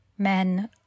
men